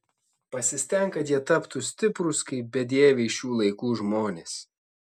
pasistenk kad jie taptų stiprūs kaip bedieviai šių laikų žmonės